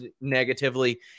negatively